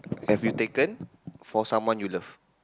have you taken for someone you love